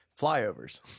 Flyovers